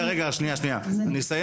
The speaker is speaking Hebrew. אני מבקש